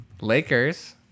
Lakers